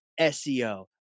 SEO